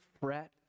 fret